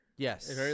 Yes